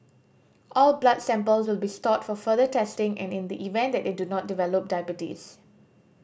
all blood samples will be stored for further testing and in the event that they do not develop diabetes